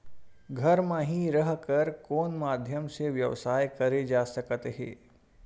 घर म हि रह कर कोन माध्यम से व्यवसाय करे जा सकत हे?